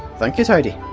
thank you tidy.